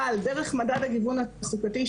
אבל דרך מדד וגיוון התעסוקתי,